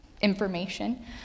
information